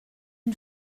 une